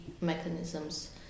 mechanisms